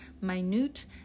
minute